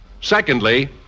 Secondly